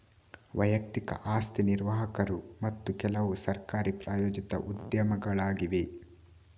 ವೈಯಕ್ತಿಕ ಆಸ್ತಿ ನಿರ್ವಾಹಕರು ಮತ್ತು ಕೆಲವುಸರ್ಕಾರಿ ಪ್ರಾಯೋಜಿತ ಉದ್ಯಮಗಳಾಗಿವೆ